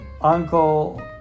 Uncle